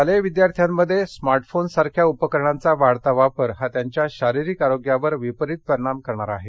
शालेय विद्यार्थ्यामध्ये स्मार्टफोनसारख्या उपकरणांचा वाढता वापर हा त्यांच्या शारीरिक आरोग्यावर विपरीत परिणाम करणारा आहे